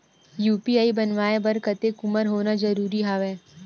UPI बनवाय बर कतेक उमर होना जरूरी हवय?